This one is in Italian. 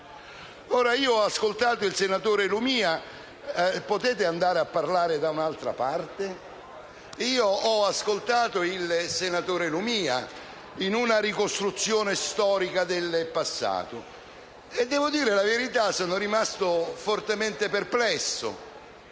Ho ascoltando il senatore Lumia, in una ricostruzione storica del passato, e per la verità sono rimasto fortemente perplesso,